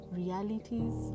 realities